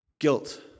Guilt